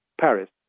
Paris